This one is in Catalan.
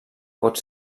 pot